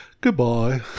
Goodbye